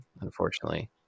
unfortunately